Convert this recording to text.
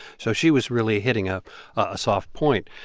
so she was really hitting ah a soft point.